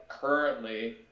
currently